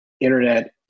internet